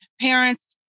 parents